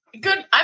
good